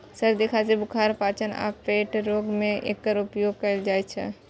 सर्दी, खांसी, बुखार, पाचन आ पेट रोग मे एकर उपयोग कैल जाइ छै